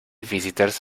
visitors